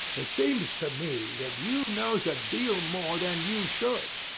it seems to me that you knows a deal more than you should.